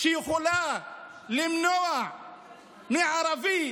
שיכולה למנוע מערבי,